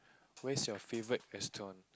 where's your favorite restaurant